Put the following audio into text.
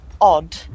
odd